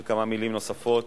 את דברי, בבקשה.